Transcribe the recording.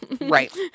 Right